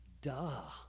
Duh